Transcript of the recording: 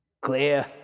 Clear